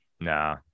Nah